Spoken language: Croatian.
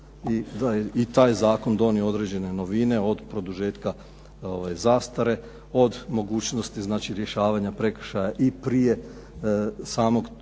i taj zakon je donio određene novine, od produžetka zastare, od mogućnosti znači rješavanja prekršaja i prije samog